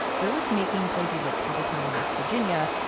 they're what's making places like cavalcante, west virginia,